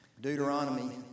Deuteronomy